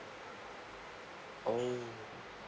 oh